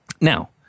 Now